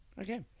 Okay